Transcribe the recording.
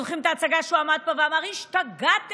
זוכרים את ההצגה שהוא עמד פה ואמר: השתגעתם?